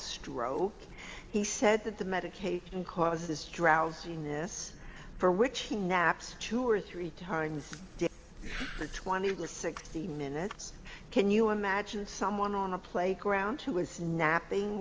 stroke he said that the medication causes this drowsiness for which he naps two or three times for twenty or sixty minutes can you imagine someone on a playground who is snapping